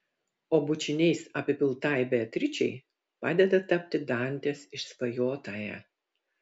o bučiniais apipiltai beatričei padeda tapti dantės išsvajotąja